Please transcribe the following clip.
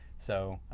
so,